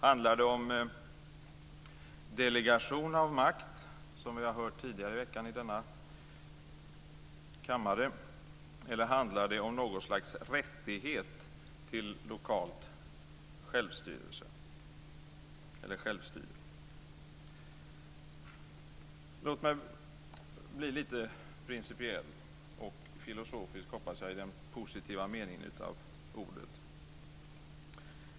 Handlar det om delegation av makt, som vi har hört tidigare i veckan i denna kammare? Eller handlar det om något slags rättighet till lokal självstyrelse? Låt mig bli lite principiell och filosofisk, hoppas jag, i den positiva meningen av ordet.